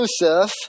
Joseph